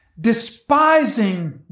despising